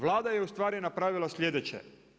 Vlada je u stvari napravila sljedeće.